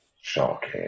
Shocking